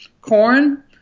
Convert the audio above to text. corn